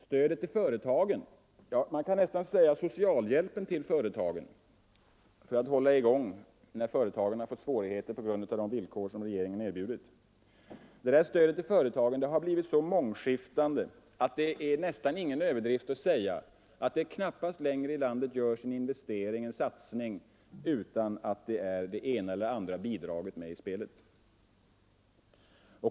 Stödet till företagen — man kan nästan säga socialhjälpen till företagen för att hålla dem i gång när de har fått svårigheter på grund av de villkor som regeringen erbjudit — har blivit så mångskiftande att det nästan inte är någon överdrift att påstå att det knappast längre görs en investering i landet utan att något bidrag är med i spelet.